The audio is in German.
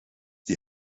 die